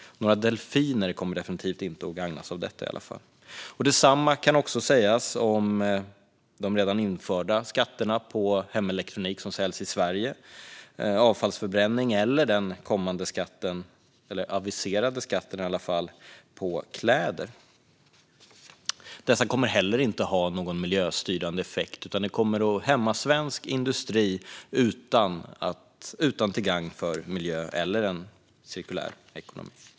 Några delfiner kommer i varje fall definitivt inte gagnas av detta. Detsamma kan också sägas om de redan införda skatterna på hemelektronik som säljs i Sverige och avfallsförbränning eller den kommande eller i varje fall aviserade skatten på kläder. Dessa kommer heller inte att ha någon miljöstyrande effekt utan kommer att hämma svensk industri utan att vara till gagn för miljö eller en cirkulär ekonomi.